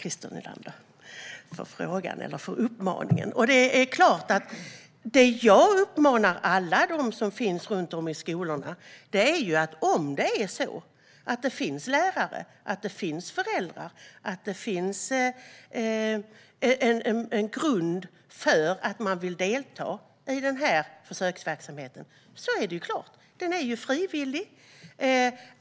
Herr talman! Tack, Christer Nylander, för frågan eller för uppmaningen! Det jag säger till alla som finns runt om i skolorna är: Om det finns lärare och föräldrar som vill och om det finns en grund för att man vill delta i försöksverksamheten är det möjligt. Den är ju frivillig.